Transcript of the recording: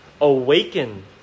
awaken